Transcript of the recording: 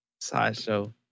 Sideshow